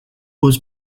was